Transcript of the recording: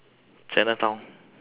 chinatown